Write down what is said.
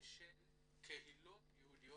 של קהילות יהודיות.